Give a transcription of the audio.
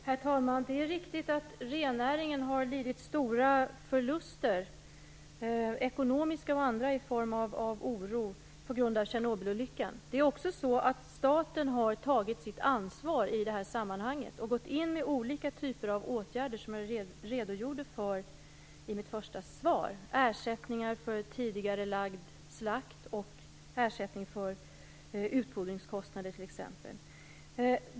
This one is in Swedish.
Herr talman! Det är riktigt att rennäringen har lidit stora ekonomiska förluster på grund av oro för effekterna av Tjernobylolyckan. Staten har också tagit sitt ansvar i det här sammanhanget och vidtagit olika typer av åtgärder som jag redogjorde för i mitt första svar, t.ex. ersättning för tidigarelagd slakt och ersättning för utfodringskostnader.